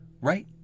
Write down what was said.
right